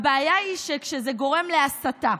הבעיה היא שזה גורם להסתה.